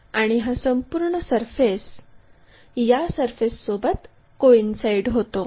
आणि हा संपूर्ण सरफेस या सरफेससोबत कोइन्साईड होतो